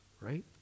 right